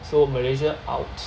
so Malaysia out